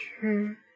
Sure